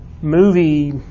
movie